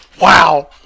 Wow